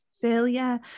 failure